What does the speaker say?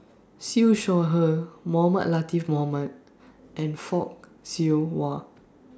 Siew Shaw Her Mohamed Latiff Mohamed and Fock Siew Wah